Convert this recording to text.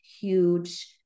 huge